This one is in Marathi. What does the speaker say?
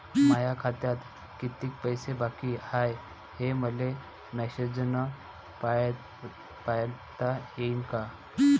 माया खात्यात कितीक पैसे बाकी हाय, हे मले मॅसेजन पायता येईन का?